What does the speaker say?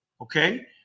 okay